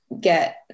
get